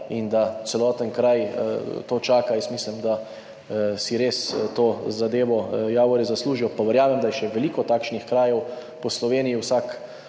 in da celoten kraj to čaka. Jaz mislim, da si res to zadevo Javorje zaslužijo, pa verjamem, da je še veliko takšnih krajev po Sloveniji. Vsak